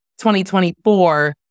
2024